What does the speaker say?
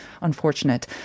unfortunate